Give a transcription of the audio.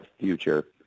future